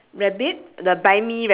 oh so we must cirlce it also